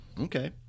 Okay